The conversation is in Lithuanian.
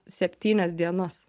septynias dienas